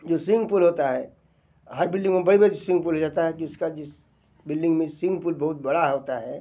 जो swing pool होता है हर बिल्डिंग में बड़े बड़े स्विमिंग पूल हो जाता है कि उसका जिस बिल्डिंग में स्विंग पूल बहुत बड़ा होता है